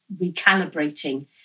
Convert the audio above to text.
recalibrating